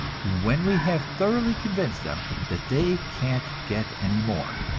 when we have thoroughly convinced them that they can't get any more,